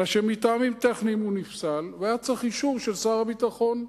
אלא שמטעמים טכניים הוא נפסל והיה צריך אישור שר הביטחון.